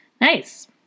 Nice